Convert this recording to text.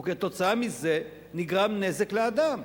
וכתוצאה מזה נגרם נזק לאדם?